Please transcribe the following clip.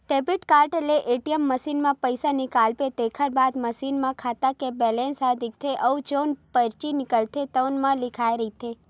debit card ले ATM machine म पइसा निकालबे तेखर बाद मसीन म खाता के बेलेंस ह दिखथे अउ जउन परची निकलथे तउनो म लिखाए रहिथे